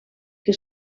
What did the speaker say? que